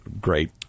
great